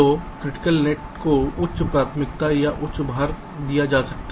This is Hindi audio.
तो क्रिटिकल नेट को उच्च प्राथमिकता या उच्च भार दिया जा सकता है